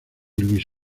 luis